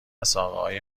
ساقههای